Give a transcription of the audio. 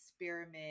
experiment